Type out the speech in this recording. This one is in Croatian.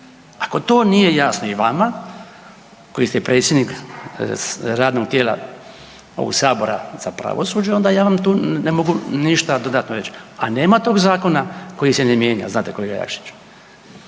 Ako to nije jasno i vama koji ste predsjednik radnog tijela ovog sabora za pravosuđe onda ja vam tu ne mogu ništa dodatno reći. A nema tog zakona koji se ne mijenja, znate kolega Jakšiću.